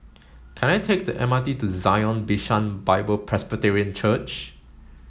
can I take the M R T to Zion Bishan Bible Presbyterian Church